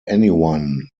anyone